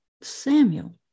Samuel